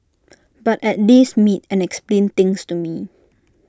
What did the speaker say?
but at least meet and explain things to me